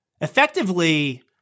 effectively